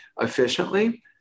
efficiently